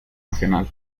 nacional